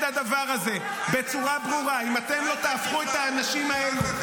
הדבר הזה בצורה ברורה -------- אל תגיד לנו כלום,